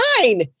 nine